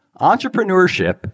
entrepreneurship